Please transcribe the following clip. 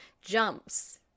jumps